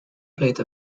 plate